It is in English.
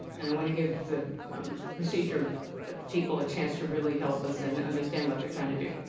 and i wanted to give the procedural people a chance to really help us and and understand what they're trying to do